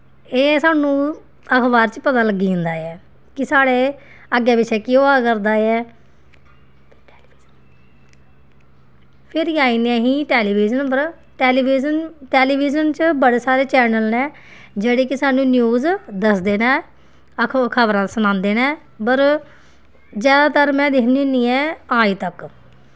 एह् सानूं अखबार च पता लग्गी जंदा ऐ कि साढ़े अग्गें पिच्छें केह् होआ करदा ऐ फिर आई जन्ने असीं टैलिविज़न उप्पर टैलिविज़न टैलिविज़न च बड़े सारे चैनल न जेह्ड़े कि सानूं न्यूज़ दसदे न अख खबरां सनांदे न पर जादातर में दिक्खनी होन्नी आं आज तक